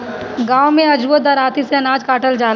गाँव में अजुओ दराँती से अनाज काटल जाला